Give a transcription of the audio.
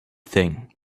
thing